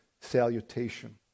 Salutation